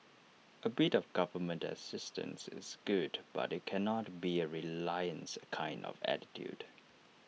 A bit of government assistance is good but IT cannot be A reliance kind of attitude